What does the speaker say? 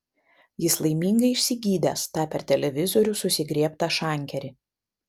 jis laimingai išsigydęs tą per televizorių susigriebtą šankerį